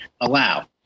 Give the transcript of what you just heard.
allow